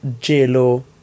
J-Lo